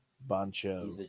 Bancho